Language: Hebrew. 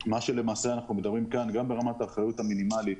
אנחנו מדברים כאן גם ברמת האחריות המינימליות